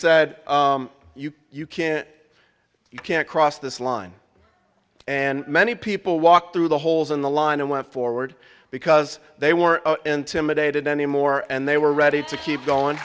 said you you can't you can't cross this line and many people walked through the holes in the line and went forward because they were intimidated anymore and they were ready to keep going